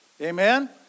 Amen